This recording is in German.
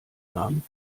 namen